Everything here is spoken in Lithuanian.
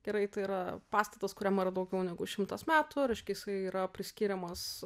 gerai tai yra pastatas kuriam yra daugiau negu šimtas metų reiškia jisai yra priskiriamas